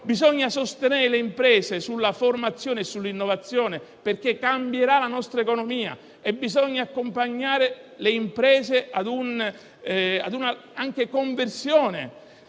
Bisogna sostenere le imprese sulla formazione e sull'innovazione perché la nostra economia cambierà. Bisogna accompagnare le imprese ad una conversione